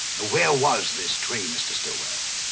ah where was this tree, mr. stillwell?